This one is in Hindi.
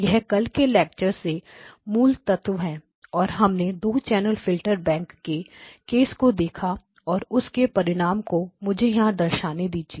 यह कल के लेक्चर से मूल तत्व है और हमने 2 चैनल फिल्टर बैंक के केस को देखा और उसके परिणाम को मुझे यहां दर्शाने दीजिए